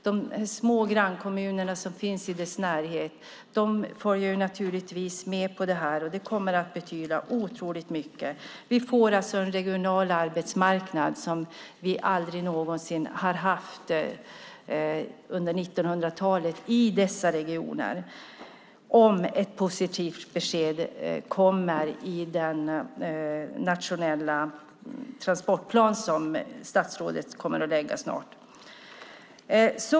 Dessa små grannkommuner som finns i närheten är naturligtvis med på det här, och det kommer att betyda otroligt mycket. Vi får alltså en regional arbetsmarknad vi aldrig har haft under 1900-talet i dessa regioner om ett positivt besked kommer i den nationella transportplan som statsrådet snart kommer att lägga fram.